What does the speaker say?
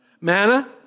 Manna